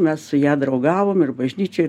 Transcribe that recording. mes su ja draugavom ir bažnyčioj